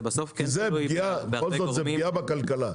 זה בסוף פגיעה בכלכלה.